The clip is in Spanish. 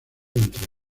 entre